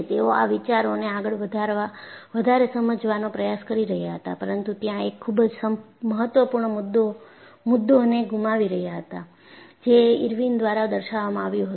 તેઓ આ વિચારોને આગળ વધારે સમજવાનો પ્રયાસ કરી રહ્યા હતા પરંતુ ત્યાં એક ખૂબ જ મહત્વપૂર્ણ મુદ્દોને ગુમાવી રહ્યા હતા જે ઇરવિન દ્વારા દર્શાવવામાં આવ્યું હતું